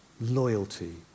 loyalty